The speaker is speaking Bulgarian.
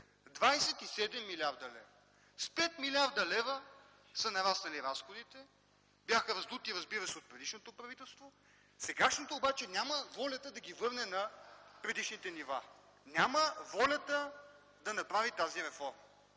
милиарда лева! С 5 млрд. лв. са нараснали разходите. Те бяха раздути, разбира се, от предишното правителство. Сегашното обаче няма воля да ги върне на предишните нива, няма волята да направи тази реформа.